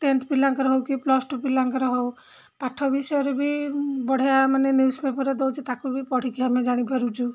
tenth ପିଲାଙ୍କର ହଉ କି ପ୍ଲସ୍ ଟୁ ପିଲାଙ୍କର ହଉ ପାଠ ବିଷୟରେ ବି ବଢ଼ିଆ ମାନେ ନ୍ୟୁଜ୍ ପେପର୍ରେ ଦଉଛି ତାକୁ ବି ପଢ଼ିକି ଆମେ ଜାଣିପାରୁଛୁ